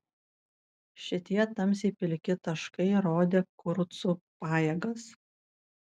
šitie tamsiai pilki taškai rodė kurucų pajėgas